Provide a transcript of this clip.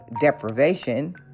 deprivation